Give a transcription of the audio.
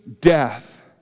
death